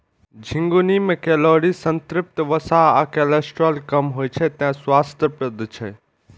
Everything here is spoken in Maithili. झिंगुनी मे कैलोरी, संतृप्त वसा आ कोलेस्ट्रॉल कम होइ छै, तें स्वास्थ्यप्रद छै